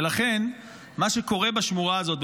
ולכן מה שקורה בשמורה הזאת,